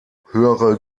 höhere